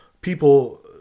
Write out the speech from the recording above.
people